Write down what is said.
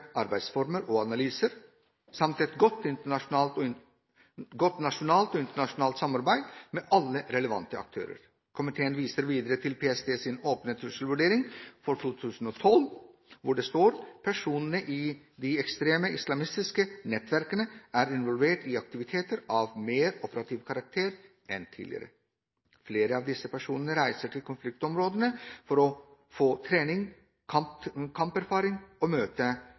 arbeidsformer og analyser , samt et godt nasjonalt og internasjonalt samarbeid med alle relevante aktører.»» Komiteen viser videre til PSTs åpne trusselvurdering for 2012, hvor det står: «personene i de ekstreme islamistiske nettverkene er involverte i aktiviteter av mer operativ karakter enn tidligere. Flere av disse personene reiser til konfliktområdene for å få trening, kamperfaring og møte